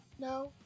No